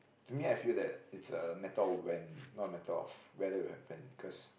to me I feel that it's a matter of when not a matter of whether it will happen cause